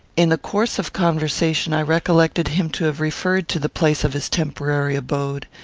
in the course of conversation i recollected him to have referred to the place of his temporary abode.